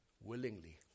willingly